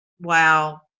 Wow